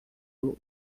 lua